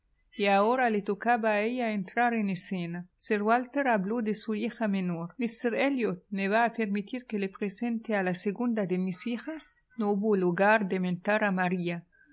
y ahora le tocaba a ella entrar en escena sir walter habló de su hija menor míster elliot me va a permitir que le presente a la segunda de mis hijas no hubo lugar de mentar a maría